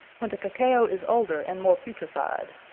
when the cacao is older, and more putrified.